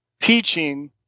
teaching